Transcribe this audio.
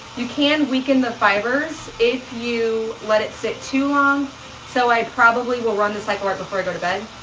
you can weaken the fibers if you let it sit too long so i probably will run the cycle right before i go to bed.